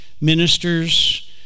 ministers